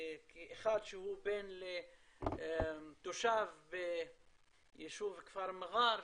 כאחד שהוא תושב יישוב כפר מראר,